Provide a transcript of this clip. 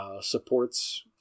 Supports